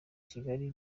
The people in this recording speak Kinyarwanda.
kigali